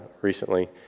recently